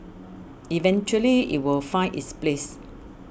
eventually it will find its place